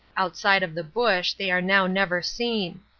outside of the bush, they are now never seen.